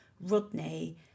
Rodney